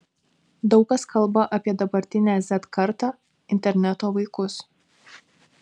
daug kas kalba apie dabartinę z kartą interneto vaikus